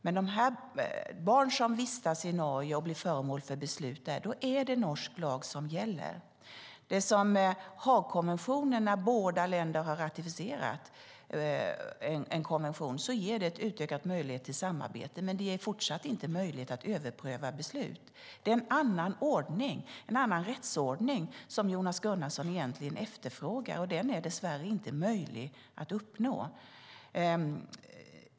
Men det är norsk lag som gäller när barn vistas i Norge och blir föremål för beslut där. När Haagkonventionen har ratificerats av båda länderna ger det en utökad möjlighet till samarbete, men det är fortfarande inte möjligt att överpröva beslut. Det är en annan rättsordning Jonas Gunnarsson efterfrågar, och den är dess värre inte möjlig att uppnå.